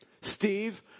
Steve